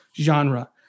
genre